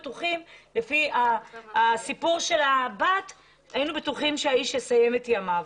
לפי הסיפור של הבת היינו בטוחים שהאיש יסיים את ימיו.